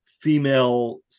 female